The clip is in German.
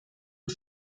und